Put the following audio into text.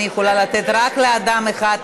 אני יכולה לתת רק לאדם אחד להתנגד,